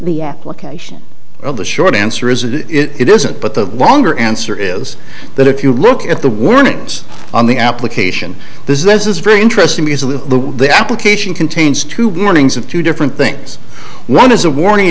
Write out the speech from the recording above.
the application of the short answer is that it isn't but the longer answer is that if you look at the warnings on the application this is very interesting because of the the application contains two warnings of two different things one is a warning